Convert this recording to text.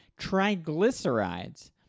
triglycerides